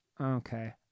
Okay